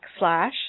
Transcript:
backslash